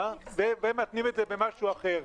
ומתנים את זה במשהו אחר.